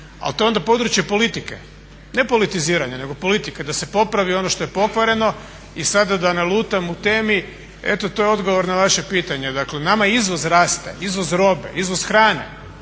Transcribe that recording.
Ali to je onda područje politike, ne politiziranja nego politike da se popravi ono što je pokvareno. I sada da ne lutam u temi, eto to je odgovor na vaše pitanje. Dakle, nama izvoz raste, izvoz robe, izvoz hrane